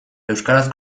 euskaraz